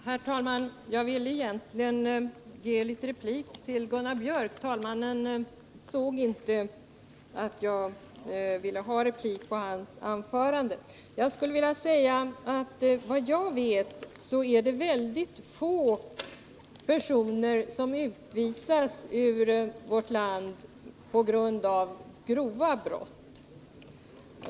Herr talman! Jag ville egentligen ha en replik till Gunnar Biörcks i Värmdö anförande, men talmannen såg inte att jag begärde replik. Vad jag vet är det väldigt få personer som utvisas ur vårt land på grund av grova brott.